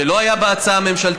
מה שלא היה בהצעה הממשלתית,